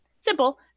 simple